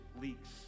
leaks